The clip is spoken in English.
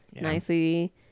nicely